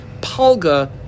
palga